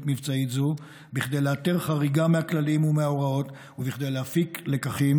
מבצעית זו כדי לאתר חריגה מהכללים ומההוראות וכדי להפיק לקחים,